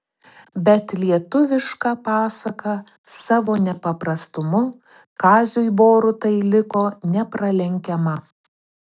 bet lietuviška pasaka savo nepaprastumu kaziui borutai liko nepralenkiama